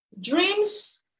dreams